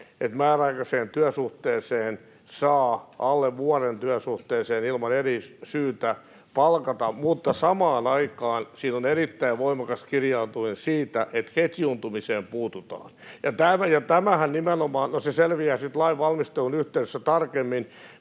että määräaikaiseen alle vuoden työsuhteeseen saa ilman eri syytä palkata, mutta samaan aikaan siinä on erittäin voimakas kirjaus siitä, että ketjuuntumiseen puututaan. No se selviää sitten lain valmistelun yhteydessä tarkemmin,